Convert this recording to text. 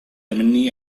مني